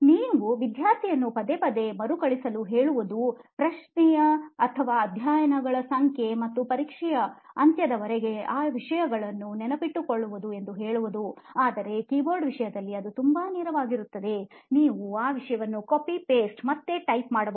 ನೀವು ವಿದ್ಯಾರ್ಥಿಯನ್ನು ಪದೇ ಪದೇ ಮರುಕಳಿಸುಲು ಹೇಳುವುದು ಪರೀಕ್ಷೆಯ ಪ್ರಶ್ನೆ ಅಥವಾ ಅಧ್ಯಾಯಗಳ ಸಂಖ್ಯೆ ಮತ್ತು ಪರೀಕ್ಷೆಯ ಅಂತ್ಯದವರೆಗೆ ಆ ಎಲ್ಲ ವಿಷಯಗಳನ್ನು ನೆನಪಿಟ್ಟುಕೊಳ್ಳುವುದು ಎಂದು ಹೇಳುವುದುಆದರೆ ಕೀಬೋರ್ಡ್ ವಿಷಯದಲ್ಲಿ ಅದು ತುಂಬಾ ನೇರವಾಗಿರುತ್ತದೆ ನೀವು ಆ ವಿಷಯವನ್ನು copy paste ಮತ್ತು ಅದನ್ನು ಮತ್ತೆ type ಮಾಡಬಹುದು